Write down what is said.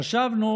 חשבנו